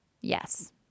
yes